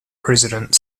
president